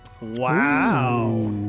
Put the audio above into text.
Wow